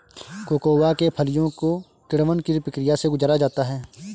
cocoa के फलियों को किण्वन की प्रक्रिया से गुजारा जाता है